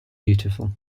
beautiful